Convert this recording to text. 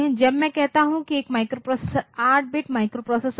जब मैं कहता हूं कि एक माइक्रोप्रोसेसर 8 बिट माइक्रोप्रोसेसर है